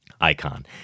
icon